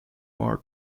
war